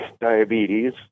diabetes